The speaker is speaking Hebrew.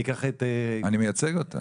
אני מייצג אותה.